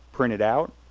printed out,